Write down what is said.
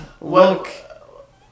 look